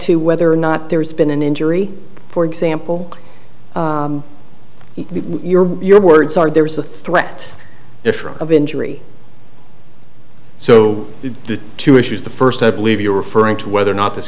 to whether or not there's been an injury for example your words are there is the threat of injury so the two issues the first i believe you are referring to whether or not this